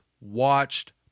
watched